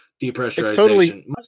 depressurization